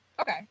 Okay